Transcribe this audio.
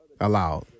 allowed